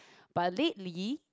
but lately